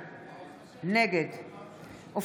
בהתמדה, גם כשהציונות הדתית הייתה